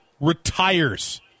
retires